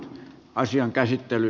asian käsittely